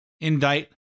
indict